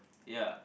ya